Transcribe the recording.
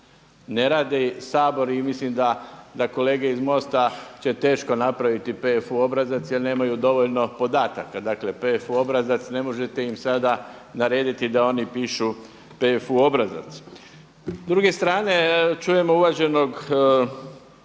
ne radi Sabor i mislim da kolege iz MOST-a će teško napraviti PFU obrazac jel nemaju dovoljno podataka, dakle PFU obrazac ne možete im sada narediti da oni pišu PFU obrazac. S druge strane čujemo uvaženog